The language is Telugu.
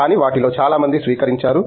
కానీ వాటిలో చాలా మంది స్వీకరించారు